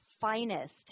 Finest